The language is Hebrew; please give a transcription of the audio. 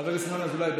חבר הכנסת ינון אזולאי,